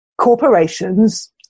corporations